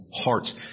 hearts